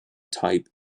type